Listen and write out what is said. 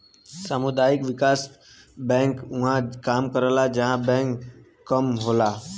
सामुदायिक विकास बैंक उहां काम करला जहां बैंक कम होला